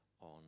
on